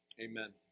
Amen